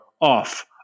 off